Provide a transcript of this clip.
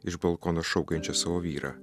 iš balkono šaukiančia savo vyrą